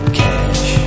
cash